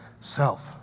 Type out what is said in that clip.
Self